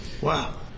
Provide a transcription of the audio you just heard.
Wow